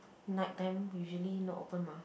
night time usually not open mah